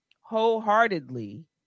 wholeheartedly